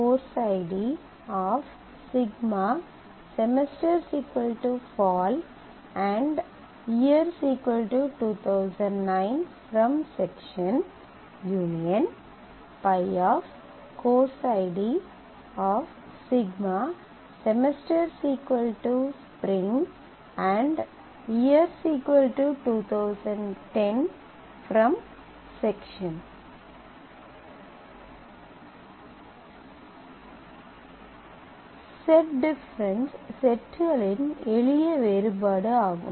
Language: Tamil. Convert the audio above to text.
Πcourse idσsemester"Fall"year2009 Ս Πcourse idσsemester"Spring" year2010 Πcourse idσsemester"Fall"year2009 Πcourse idσsemester"Spring" year2010 set difference செட்களின் எளிய வேறுபாடு ஆகும்